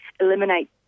eliminate